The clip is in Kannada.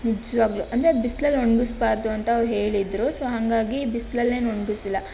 ನಿಜವಾಗಲೂ ಅಂದರೆ ಬಿಸಿಲಲ್ಲಿ ಒಣಗಿಸಬಾರದು ಅಂತ ಅವರು ಹೇಳಿದ್ದರು ಸೊ ಹಾಗಾಗಿ ಬಿಸಿಲಲ್ಲೇನೂ ಒಣಗಿಸಲಿಲ್ಲ